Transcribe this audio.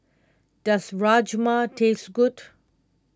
does Rajma taste good